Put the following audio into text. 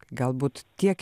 galbūt tiek